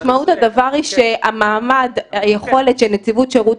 משמעות הדבר היא שהיכולת של נציבות שירות